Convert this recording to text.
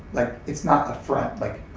like it's not the front, like